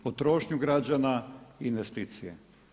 Potrošnju građana i investicije.